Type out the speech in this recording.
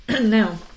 Now